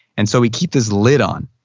and so we keep this lid on.